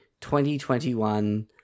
2021